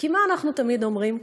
כי מה אנחנו תמיד אומרים?